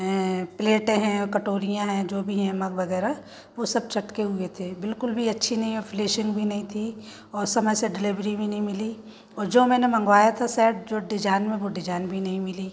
प्लेटें हैं कटोरियाँ है जो भी है मग वगैरह वो सब चटके हुए थे बिल्कुल भी अच्छी नहीं है फिलिसिंग भी नहीं थी और समय से डिलीवरी भी नहीं मिली और जो मैंने मंगवाया था सेट जो डिजाइन में डिजाइन भी नहीं मिली